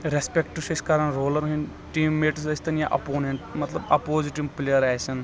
respect چھ أسۍ کران رولن ہٕنٛدۍ ٹیٖم میٹس أسۍ تن یا اپوننٹ مطلب اپوزِٹ یِم پٕلیر آسن